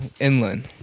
inland